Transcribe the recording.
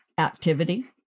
activity